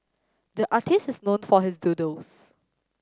the artist is known for his doodles